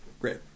great